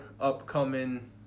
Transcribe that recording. upcoming